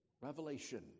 Revelation